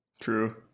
True